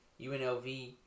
UNLV